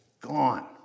gone